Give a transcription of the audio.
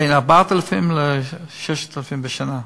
בין 4,000 ל-6,000 בשנה.